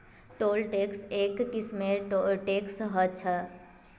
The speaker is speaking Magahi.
टोल टैक्स एक किस्मेर टैक्स ह छः